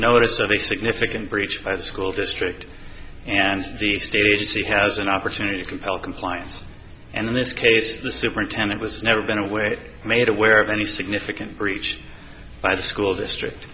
a significant breach by the school district and the state agency has an opportunity to compel compliance and in this case the superintendent was never been away made aware of any significant breached by the school district